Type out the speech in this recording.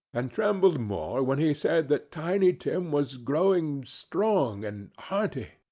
and trembled more when he said that tiny tim was growing strong and hearty.